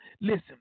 Listen